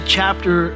chapter